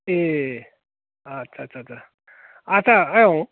ए आच्चा आच्चा आयं